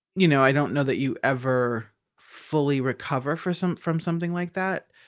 you know, i don't know that you ever fully recover for some, from something like that.